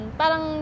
parang